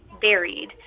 varied